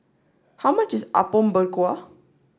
how much is Apom Berkuah